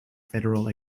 federal